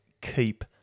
keep